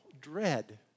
dread